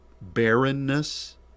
barrenness